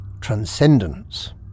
transcendence